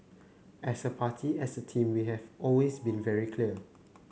as a party as a team we have always been very clear